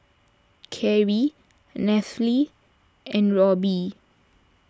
Karrie Nathaly and Robby